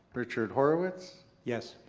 richard horowitz. yes.